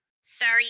Sorry